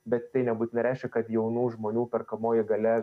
bet tai nebūtinai reiškia kad jaunų žmonių perkamoji galia